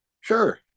Sure